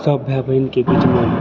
सब भाय बहिनके बीचमे